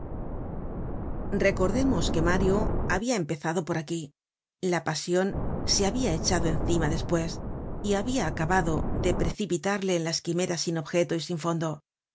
que mario habia empezado por aquí la pasion se habia echado encima despues y habia acabado de precipitarle en las quimeras sin objeto y sin fondo